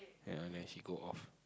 ya then he go off